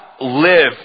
live